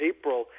April